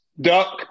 Duck